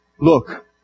Look